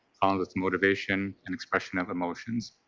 um with motivation and expression of emotions.